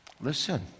Listen